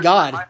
God